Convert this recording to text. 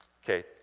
Okay